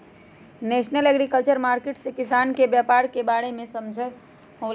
national agriculture market से किसान के व्यापार के बारे में समझ होलई ह